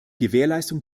gewährleistung